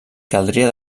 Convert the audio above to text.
caldria